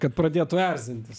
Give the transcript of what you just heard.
kad pradėtų erzintis